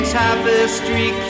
tapestry